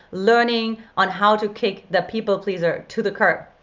learning on how to kick the people pleaser to the curb.